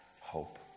hope